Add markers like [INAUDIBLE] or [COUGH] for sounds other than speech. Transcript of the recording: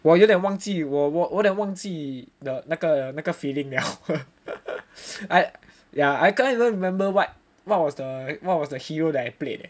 我有点忘记我我忘记的那个那个 feeling liao [LAUGHS] ya I can't even remember what was the was the hero that I played eh